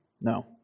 No